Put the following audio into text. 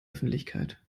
öffentlichkeit